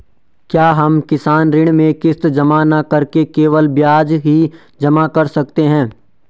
क्या हम किसान ऋण में किश्त जमा न करके केवल ब्याज ही जमा कर सकते हैं?